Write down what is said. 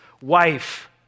wife